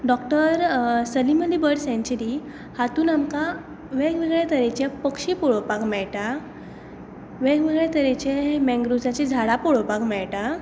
doctor Salim Ali bird सँचुरी हातूंत आमकां वेग वेगळे तरेचे पक्षी पळोवपाक मेळटा वेग वेगळ्या तरेचे मँग्रुवजाचे झाडां पळोवपाक मेळटा